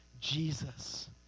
Jesus